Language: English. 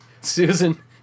Susan